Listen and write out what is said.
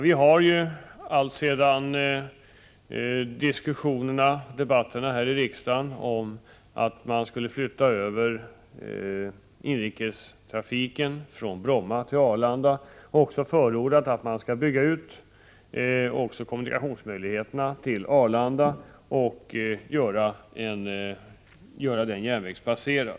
Vi har alltsedan debatterna här i riksdagen om att man skulle flytta över inrikestrafiken från Bromma till Arlanda också förordat att man skulle bygga ut kommunikationerna till Arlanda och göra dem järnvägsbaserade.